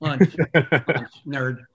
Nerd